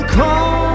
call